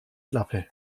klappe